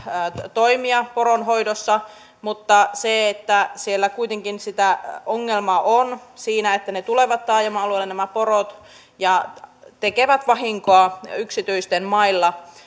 toimia poronhoidossa mutta siellä kuitenkin sitä ongelmaa on siinä että nämä porot tulevat taajama alueelle ja tekevät vahinkoa yksityisten mailla